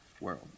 world